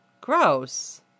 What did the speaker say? gross